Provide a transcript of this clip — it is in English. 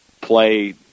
play